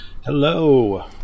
Hello